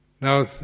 Now